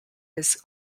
his